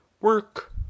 work